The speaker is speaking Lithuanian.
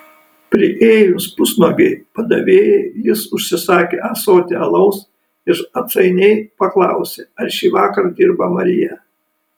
priėjus pusnuogei padavėjai jis užsisakė ąsotį alaus ir atsainiai paklausė ar šįvakar dirba marija